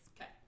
Okay